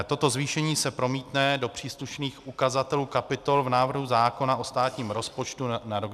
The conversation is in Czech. Toto zvýšení se promítne do příslušných ukazatelů kapitol v návrhu zákona o státním rozpočtu na rok 2019.